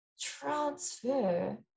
transfer